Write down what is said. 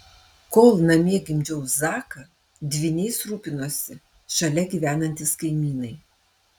kol namie gimdžiau zaką dvyniais rūpinosi šalia gyvenantys kaimynai